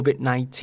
COVID-19